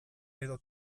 edo